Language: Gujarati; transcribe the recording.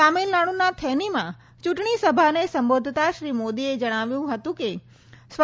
તમિલનાડુના થેનીમાં ચૂંટણી સભાને સંબોધતા શ્રી મોદીએ જણાવ્યું હતુ કે સ્વ